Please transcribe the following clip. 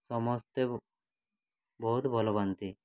ସମସ୍ତେ ବହୁତ ଭଲପାଆନ୍ତି